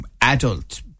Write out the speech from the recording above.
adult